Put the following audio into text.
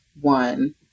one